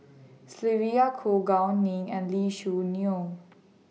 Sylvia Kho Gao Ning and Lee Choo Neo